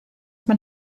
man